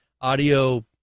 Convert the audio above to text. audio